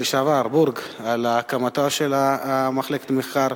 לשעבר בורג על הקמתה של מחלקת המחקר,